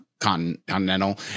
continental